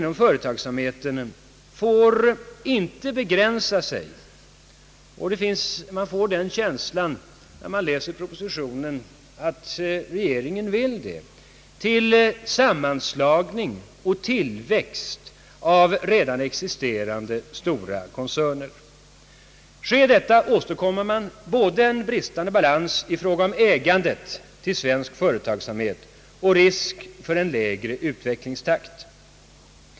samheten får inte begränsa sig — men när man läser propositionen får man känslan att regeringen önskar det — till sammanslagning och tillväxt av redan existerande stora koncerner. Om detta blir fallet skapar man både en bristande balans i fråga om ägandeförhållandena i svensk företagsamhet och risk för en lägre utvecklingstakt.